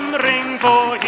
rainbow,